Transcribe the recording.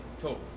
total